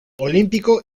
olímpico